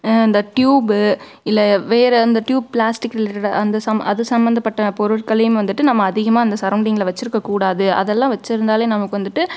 இந்த டியூப்பு இல்லை வேறு இந்த டியூப் பிளாஸ்ட்டிக் ரிலேட்டடாக அந்த சம்ம அது சம்பந்தப்பட்ட பொருட்களையும் வந்துட்டு நம்ம அதிகமாக அந்த சரவுண்டிங்கில் வச்சுருக்க கூடாது அதெல்லாம் வச்சுருந்தாலே நமக்கு வந்துட்டு